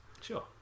sure